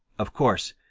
of course,